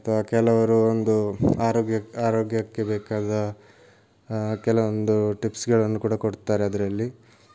ಅಥವಾ ಕೆಲವರು ಒಂದು ಆರೋಗ್ಯ ಆರೋಗ್ಯಕ್ಕೆ ಬೇಕಾದ ಕೆಲವೊಂದು ಟಿಪ್ಸ್ಗಳನ್ನು ಕೂಡ ಕೊಡ್ತಾರದರಲ್ಲಿ